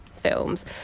films